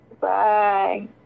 Bye